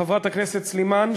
חברת הכנסת סלימאן,